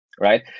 right